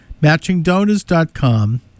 MatchingDonors.com